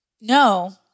No